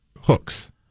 hooks